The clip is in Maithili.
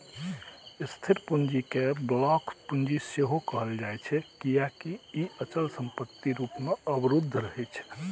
स्थिर पूंजी कें ब्लॉक पूंजी सेहो कहल जाइ छै, कियैकि ई अचल संपत्ति रूप मे अवरुद्ध रहै छै